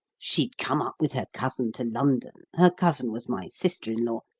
she'd come up with her cousin to london her cousin was my sister in-law,